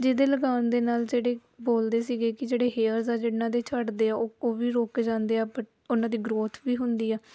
ਜਿਹਦੇ ਲਗਾਉਣ ਦੇ ਨਾਲ ਜਿਹੜੇ ਬੋਲਦੇ ਸੀਗੇ ਕਿ ਜਿਹੜੇ ਹੇਅਰਸ ਆ ਜਿਨ੍ਹਾਂ ਦੇ ਝੜਦੇ ਆ ਉਹ ਉਹ ਵੀ ਰੁਕ ਜਾਂਦੇ ਆ ਬਟ ਉਹਨਾਂ ਦੀ ਗਰੋਥ ਵੀ ਹੁੰਦੀ ਆ